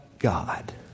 God